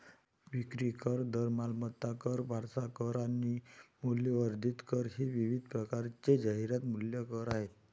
विक्री कर, दर, मालमत्ता कर, वारसा कर आणि मूल्यवर्धित कर हे विविध प्रकारचे जाहिरात मूल्य कर आहेत